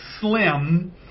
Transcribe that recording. slim